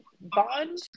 bond